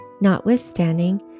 Notwithstanding